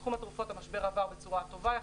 בתחום התרופות המשבר עבר בצורה טובה יחסית,